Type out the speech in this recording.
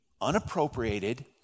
unappropriated